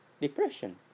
depression